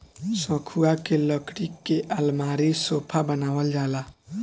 सखुआ के लकड़ी के अलमारी, सोफा बनावल जाला